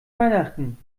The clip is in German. weihnachten